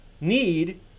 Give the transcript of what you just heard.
need